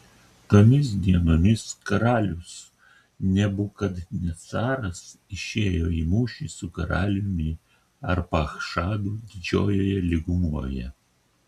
tomis dienomis karalius nebukadnecaras išėjo į mūšį su karaliumi arpachšadu didžiojoje lygumoje